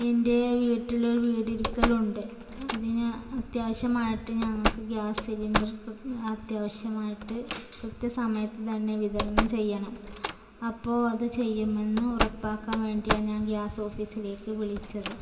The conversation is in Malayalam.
എൻ്റെ വീട്ടിൾ ഒരു വീടിരിക്കലുണ്ട് അതിന് അത്യാവശ്യമായിട്ട് ഞങ്ങൾക്ക് ഗ്യാസ് സിലിണ്ടർ അത്യാവശ്യമായിട്ട് കൃത്യസമയത്ത് തന്നെ വിതരണം ചെയ്യണം അപ്പോൾ അത് ചെയ്യുമെന്ന് ഉറപ്പാക്കാൻ വേണ്ടിയാണ് ഞാൻ ഗ്യാസ് ഓഫീസിലേക്ക് വിളിച്ചത്